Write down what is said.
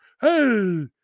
Hey